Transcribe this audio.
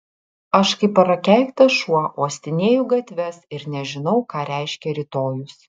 aš kaip prakeiktas šuo uostinėju gatves ir nežinau ką reiškia rytojus